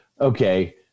okay